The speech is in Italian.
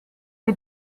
che